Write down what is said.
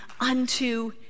unto